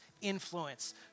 influence